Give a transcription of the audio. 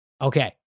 Okay